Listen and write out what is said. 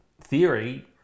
theory